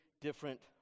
different